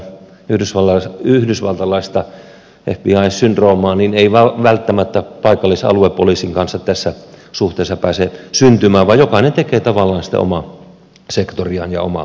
eli sitä yhdysvaltalaista fbi syndroomaa ei välttämättä paikallis ja aluepoliisin kanssa tässä suhteessa pääse syntymään vaan jokainen tekee tavallaan sitä omaa sektoriaan ja omaa työtään